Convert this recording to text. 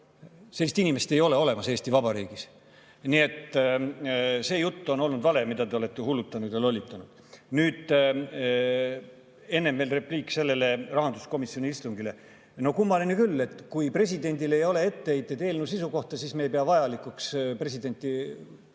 Sellist inimest ei ole olemas Eesti Vabariigis! Nii et see jutt on vale, millega te olete hullutanud ja lollitanud. Nüüd veel repliik selle rahanduskomisjoni istungi kohta. No kummaline küll, et kui presidendil ei ole etteheiteid eelnõu sisu kohta, siis me ei pea vajalikuks presidenti